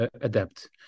adapt